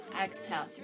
Exhale